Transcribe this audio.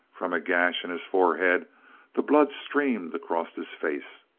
from a gash in his forehead the blood streamed across his face.